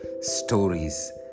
Stories